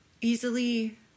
easily